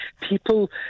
people